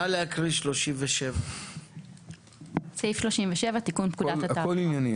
נא להקריא את סעיף 37. הכול ענייני,